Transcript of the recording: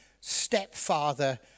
stepfather